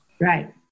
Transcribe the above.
Right